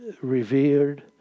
revered